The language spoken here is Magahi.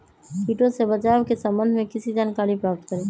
किटो से बचाव के सम्वन्ध में किसी जानकारी प्राप्त करें?